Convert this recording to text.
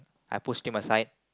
I pushed him aside